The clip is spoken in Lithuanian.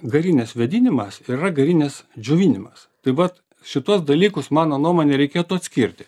garinės vėdinimas ir yra garinės džiovinimas tai vat šituos dalykus mano nuomone reikėtų atskirti